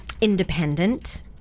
independent